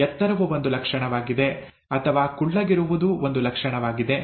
ಎತ್ತರವು ಒಂದು ಲಕ್ಷಣವಾಗಿದೆ ಅಥವಾ ಕುಳ್ಳಗಿರುವುದೂ ಒಂದು ಲಕ್ಷಣವಾಗಿದೆ